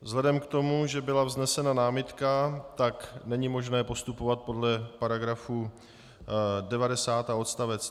Vzhledem k tomu, že byla vznesena námitka, není možné postupovat podle § 90 odst.